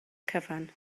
cyfan